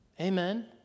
Amen